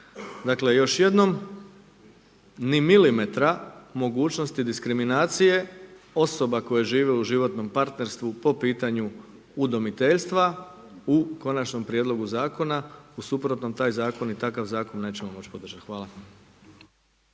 Dakle, još jednom ni milimetra mogućnosti diskriminacije osoba koje žive u životnom partnerstvu po pitanju udomiteljstva u Konačnom prijedlogu zakona. U suprotnom taj zakon i takav zakon nećemo moći podržati. Hvala.